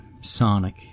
Sonic